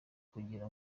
kugira